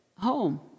home